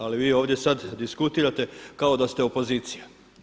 Ali vi ovdje sada diskutirate kao da ste opozicija.